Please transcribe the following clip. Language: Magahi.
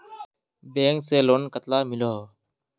बैंक से लोन कतला मिलोहो?